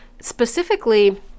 specifically